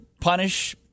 punish